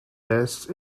tests